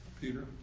Peter